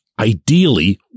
Ideally